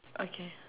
okay